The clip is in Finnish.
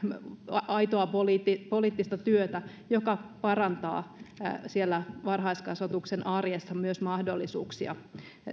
aitoa poliittista poliittista työtä joka parantaa siellä varhaiskasvatuksen arjessa myös mahdollisuuksia